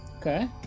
okay